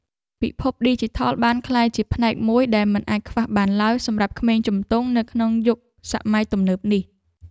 ពិភពឌីជីថលបានក្លាយជាផ្នែកមួយដែលមិនអាចខ្វះបានឡើយសម្រាប់ក្មេងជំទង់នៅក្នុងយុគសម័យទំនើបនេះ។